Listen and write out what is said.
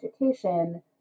education